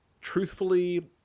truthfully